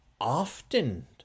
often